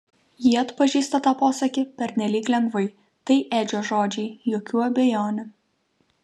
ji atpažįsta tą posakį pernelyg lengvai tai edžio žodžiai jokių abejonių